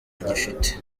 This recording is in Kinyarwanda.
igifite